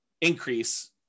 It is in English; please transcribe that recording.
increase